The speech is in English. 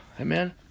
Amen